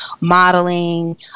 modeling